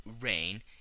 rain